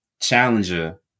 Challenger